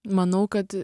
manau kad